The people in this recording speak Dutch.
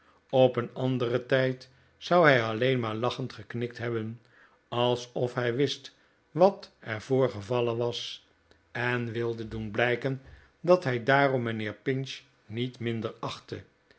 op een anderen tijd zou hij alleen maar lachend geknikt hebben alsof hij wist wat er voorgevallen was en wilde doen blijken dat hij daarom mijnheer pinch niet minder achtte